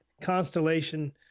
constellation